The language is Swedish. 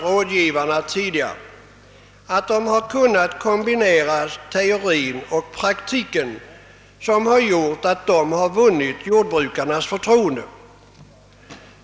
Rådgivarna har kunnat kombinera teori och praktik, och därigenom har de vunnit jordbrukarnas förtroende.